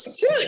suit